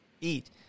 eat